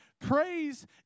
Praise